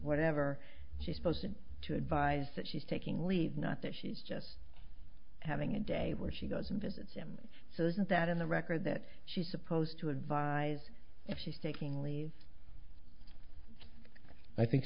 whatever she's supposed to advise that she's taking leave not that she's just having a day where she goes and visits him so isn't that in the record that she's supposed to advise if she's taking leave i think